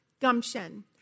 gumption